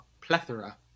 plethora